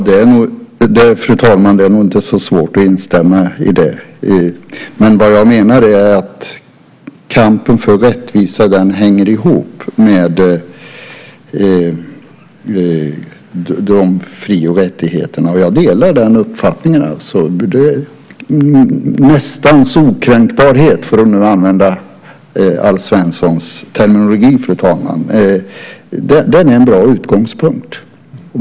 Fru talman! Det är nog inte så svårt att instämma i det. Men vad jag menar är att kampen för rättvisa hänger ihop med fri och rättigheterna. Jag delar uppfattningen. Nästans okränkbarhet, för att nu använda Alf Svenssons terminologi, fru talman, är en bra utgångspunkt.